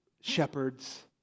shepherds